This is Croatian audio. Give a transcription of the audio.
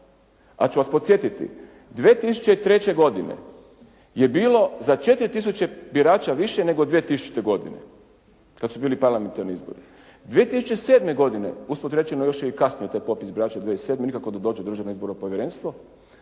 ću vas podsjetiti 2003. godine je bilo za 4 tisuće birača više nego 2000. godine kad su bili parlamentarni izbori. 2007. godine, usput rečeno još je i kasnio taj popis birača 2007., nikako da dođe u Državno izborno povjerenstvo,